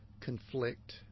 conflict